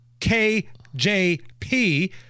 KJP